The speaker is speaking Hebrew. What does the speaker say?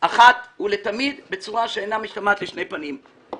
אחת ולתמיד בצורה שאינה משתמעת לשני פנים.